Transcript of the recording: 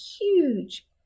huge